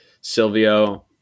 Silvio